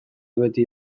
beti